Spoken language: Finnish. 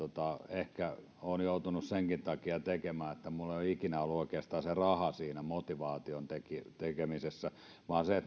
ehkä joutunut senkin takia tekemään että minulla ei ole oikeastaan ikinä ollut raha siinä tekemisessä motivaationa vaan se